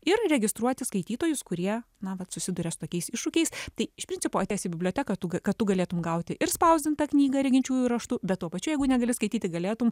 ir registruoti skaitytojus kurie na vat susiduria su tokiais iššūkiais tai iš principo atėjęs į biblioteką tu kad tu galėtum gauti ir spausdintą knygą reginčiųjų raštu bet tuo pačiu jeigu negali skaityti galėtum